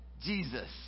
Jesus